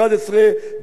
היושב-ראש החדש,